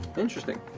interesting,